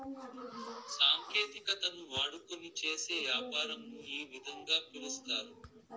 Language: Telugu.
సాంకేతికతను వాడుకొని చేసే యాపారంను ఈ విధంగా పిలుస్తారు